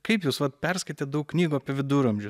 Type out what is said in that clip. kaip jūs vat perskaitę daug knygų apie viduramžius